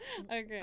okay